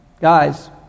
guys